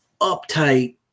uptight